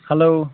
hello